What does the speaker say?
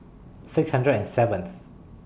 six hundred and seventh